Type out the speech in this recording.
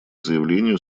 заявлению